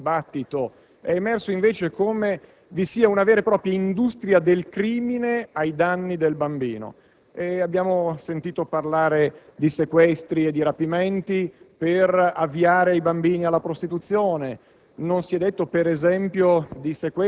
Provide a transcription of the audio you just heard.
di vivere. In questo dibattito, invece, è emerso come vi sia una vera e propria industria del crimine ai danni del bambino. Abbiamo sentito parlare di sequestri e di rapimenti per avviare i bambini alla prostituzione.